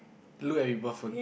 look at people phone